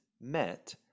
met